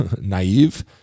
naive